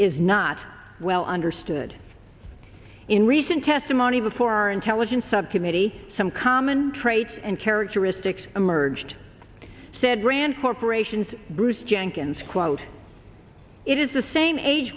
is not well understood in recent testimony before intelligence subcommittee some common traits and characteristics emerged said rand corporation's bruce jenkins quote it is the same age